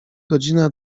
godzina